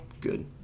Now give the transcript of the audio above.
Good